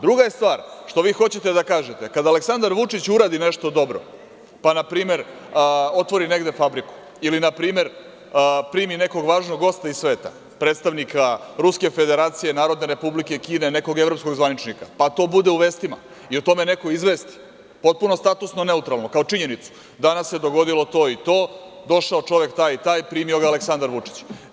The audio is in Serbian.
Druga je stvar što vi hoćete da kažete, kada Aleksandar Vučić uradi nešto dobro, pa na primer, otvori negde fabriku ili npr. primi nekog važnog gosta iz sveta, predstavnika Ruske Federacije, Narodne Republike Kine, nekog evropskog zvaničnika, pa to bude u vestima i o tome neko izvesti, potpuno statusno neutralno, kao činjenicu danas se dogodilo to i to, došao čovek taj i taj, primio ga Aleksandar Vučić.